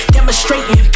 Demonstrating